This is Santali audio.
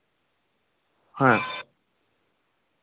ᱦᱮᱸ